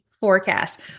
forecast